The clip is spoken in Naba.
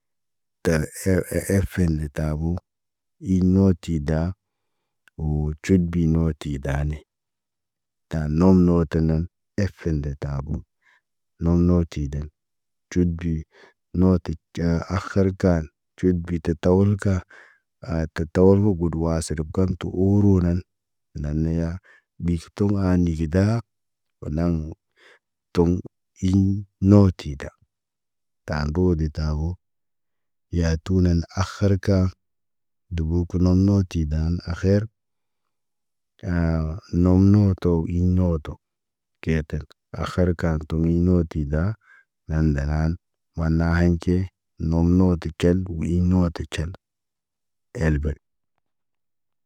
Tar efen de tabu. Iɲotida, woo cutbi nooti daane. Daan nom noot nə, efen de tabu. Nom nooti dəl, cut bi, noti caa akhar kaan, cuut bi tə tawal ka, aa tə tawal fu gudu waasir goŋg tu uru nan. Nane ya, ɓif toŋg aani igidaa, wo naŋg, toŋg ij no tida. Taan gode tabo, yatu nan akhar ka, dubu kunoŋg no tidan akher. Taha nom noto im nooto. Te tan, akhar kan, tu minotida, naan ndalaan, wan na ahin ce.